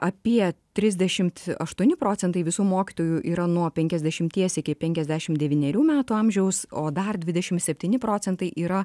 apie trisdešimt aštuoni procentai visų mokytojų yra nuo penkiasdešimties iki penkiasdešimt devynerių metų amžiaus o dar dvidešimt septyni procentai yra